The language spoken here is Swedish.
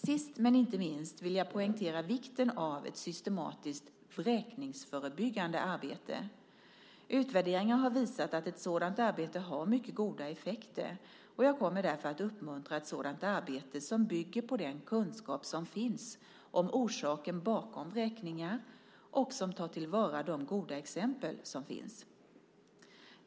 Sist, men inte minst, vill jag poängtera vikten av ett systematiskt vräkningsförebyggande arbete. Utvärderingar har visat att ett sådant arbete har mycket goda effekter, och jag kommer därför att uppmuntra ett sådant arbete som bygger på den kunskap som finns om orsakerna bakom vräkningar och som tar till vara de goda exempel som finns.